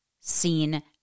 seen